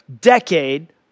decade